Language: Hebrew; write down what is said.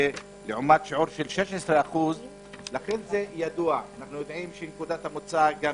לעומת שיעור של 16%. אנחנו יודעים שנקודת המוצא לא